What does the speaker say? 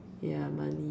ya money